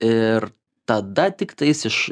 ir tada tiktais iš